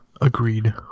Agreed